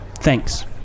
Thanks